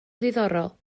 ddiddorol